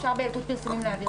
אפשר בילקוט פרסומים להעביר.